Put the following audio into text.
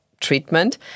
treatment